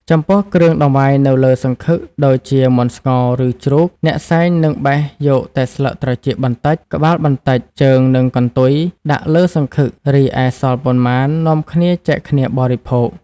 ចំពោះគ្រឿងតង្វាយនៅលើសង្ឃឹក ដូចជាមាន់ស្ងោរ ឬជ្រូក អ្នកសែងនឹងបេះយកតែស្លឹកត្រចៀកបន្តិច ក្បាលបន្តិច ជើង និងកន្ទុយ ដាក់លើសង្ឃឹក រីឯសល់ប៉ុន្មាននាំគ្នាចែកគ្នាបរិភោគ។